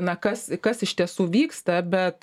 na kas kas iš tiesų vyksta bet